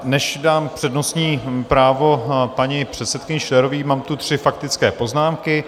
Než dám přednostní právo paní předsedkyni Schillerové, mám tu tři faktické poznámky.